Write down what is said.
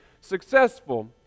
successful